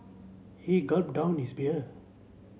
he gulped down his beer